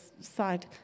side